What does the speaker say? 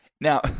Now